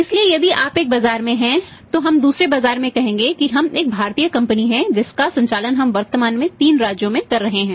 इसलिए यदि आप एक बाजार में हैं तो हम दूसरे बाजार में कहेंगे कि हम एक भारतीय कंपनी हैं जिसका संचालन हम वर्तमान में तीन राज्यों के लिए कर रहे हैं